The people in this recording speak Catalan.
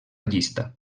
llista